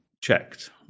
checked